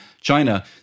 China